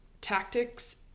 tactics